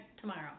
tomorrow